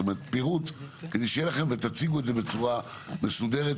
זאת אומרת פירוט ותציגו את זה בצורה מסודרת,